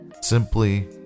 Simply